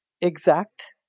exact